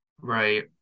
Right